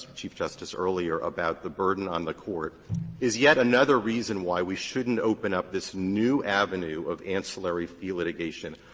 chief justice, earlier about the burden on the court is yet another reason why we shouldn't open up this new avenue of ancillary fee litigation.